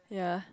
ya